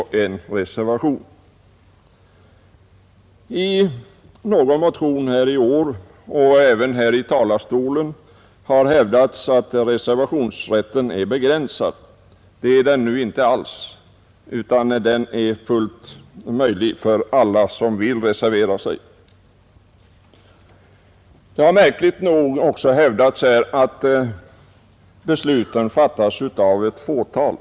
Man har i någon motion i år och även härifrån talarstolen hävdat att reservationsrätten är begränsad. Det är den inte alls! Alla som vill reservera sig har full möjlighet att göra det. Det har märkligt nog också hävdats att besluten fattas av ett fåtal.